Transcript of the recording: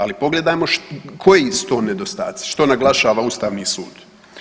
Ali pogledajmo koji su to nedostaci, što naglašava Ustavni sud.